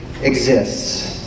exists